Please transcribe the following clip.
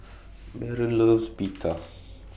Baron loves Pita